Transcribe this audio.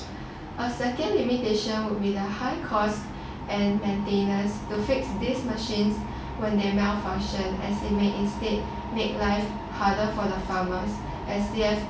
a second limitation would be the high cost and maintenance to fix these machines when they malfunctioned as they may instead make life harder for the farmers as they have